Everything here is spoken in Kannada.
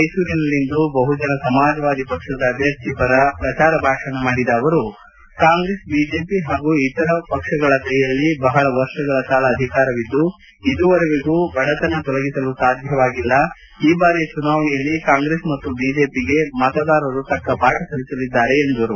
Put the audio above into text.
ಮೈಸೂರಿನಲ್ಲಿಂದು ಬಹುಜನ ಸಮಾಜವಾದಿ ಪಕ್ಷದ ಅಭ್ಯರ್ಥಿ ಪರ ಪ್ರಚಾರ ಭಾಷಣ ಮಾಡಿದ ಅವರು ಕಾಂಗ್ರೆಸ್ ಬಿಜೆಪಿ ಹಾಗೂ ಇತರ ಪಕ್ಷಗಳ ಕೈಯಲ್ಲಿ ಬಹಳ ವರ್ಷಗಳ ಕಾಲ ಅಧಿಕಾರವಿದ್ದು ಇದುವರೆಗೂ ಬಡತನ ತೊಲಗಿಸಲು ಸಾಧ್ಯವಾಗಿಲ್ಲ ಈ ಬಾರಿಯ ಚುನಾವಣೆಯಲ್ಲಿ ಕಾಂಗ್ರೆಸ್ ಮತ್ತು ಬಿಜೆಪಿಗೆ ಮತದಾರರು ತಕ್ಕ ಪಾಠ ಕಲಿಸುತ್ತಾರೆ ಎಂದು ಹೇಳಿದರು